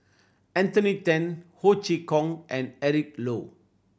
Anthony Then Ho Chee Kong and Eric Low